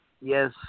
yes